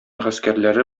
гаскәрләре